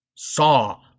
Saw